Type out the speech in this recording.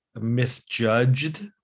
misjudged